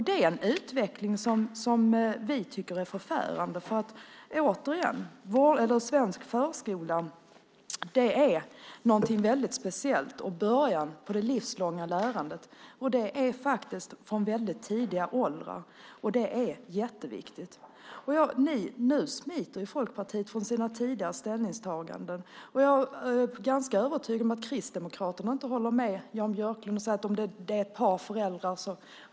Det är en utveckling som vi tycker är förfärande. Återigen vill jag säga att svensk förskola är något väldigt speciellt. Det är början på det livslånga lärandet från väldigt tidiga åldrar. Det är jätteviktigt. Nu smiter Folkpartiet från sina tidigare ställningstaganden. Jag är ganska övertygad om att Kristdemokraterna inte håller med Jan Björklund om att det är ett par föräldrar.